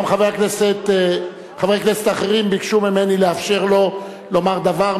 גם חברי כנסת אחרים ביקשו ממני לאפשר לו לומר דבר,